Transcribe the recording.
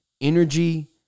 Energy